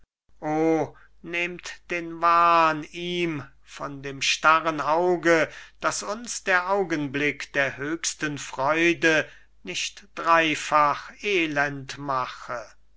nehmt den wahn ihm von dem starren auge daß uns der augenblick der höchsten freude nicht dreifach elend mache